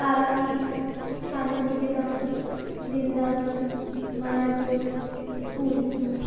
Tarapith Santiniketan Vrindavan Mayapur Puri